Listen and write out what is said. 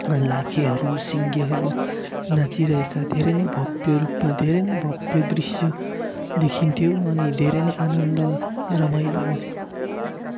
लाखेहरू सिङ्गेहरू नाचिरहेका धेरै नै भव्य रूपमा धेरै नै भव्य दृश्य देखिन्थ्यो अनि धेरै नै आनन्द रमाइलो आउँथ्यो